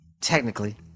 Technically